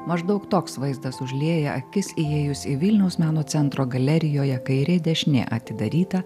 maždaug toks vaizdas užlieja akis įėjus į vilniaus meno centro galerijoje kairė dešinė atidarytą